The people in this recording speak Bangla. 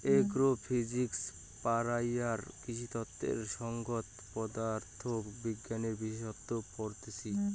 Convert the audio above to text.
এগ্রো ফিজিক্স পড়াইয়ারা কৃষিতত্ত্বের সংগত পদার্থ বিজ্ঞানের বিশেষসত্ত পড়তিছে